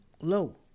low